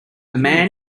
man